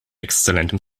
exzellentem